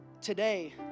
today